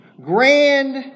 grand